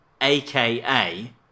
aka